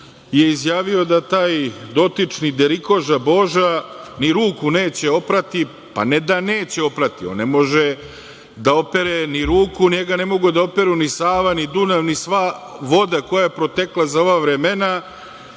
je izjavio da taj dotični derikoža Boža ni ruku neće oprati. Pa, ne da neće oprati, on ne može da opere ni ruku, njega ne mogu da operu ni Sava ni Dunav, ni sva voda koja je protekla za ova vremena,